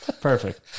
Perfect